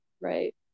right